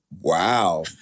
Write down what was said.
Wow